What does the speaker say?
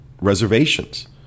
reservations